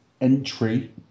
entry